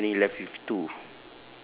so we only left with two